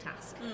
task